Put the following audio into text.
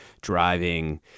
driving